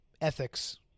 ethics